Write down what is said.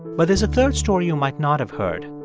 but there's a third story you might not have heard.